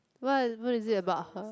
what what is it about her